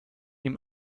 ihm